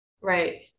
Right